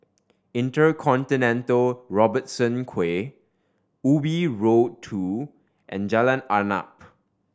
InterContinental Robertson Quay Ubi Road Two and Jalan Arnap